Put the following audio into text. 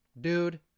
Dude